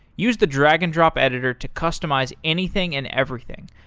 use the drag and drop editor to customize anything and everything.